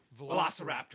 Velociraptor